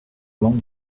long